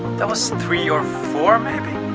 that was three or four maybe?